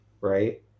right